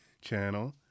channel